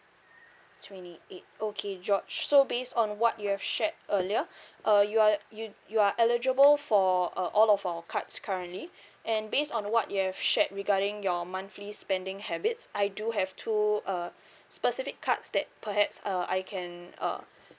twenty eight okay george so based on what you have shared earlier uh you are you you are eligible for uh all of our cards currently and based on what you have shared regarding your monthly spending habits I do have two uh specific cards that perhaps uh I can uh